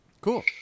Cool